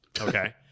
okay